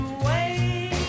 away